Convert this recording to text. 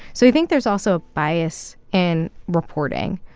so i think there's also a bias in reporting,